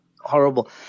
Horrible